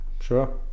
Sure